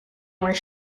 where